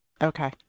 Okay